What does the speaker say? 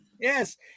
Yes